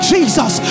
Jesus